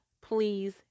please